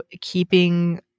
keeping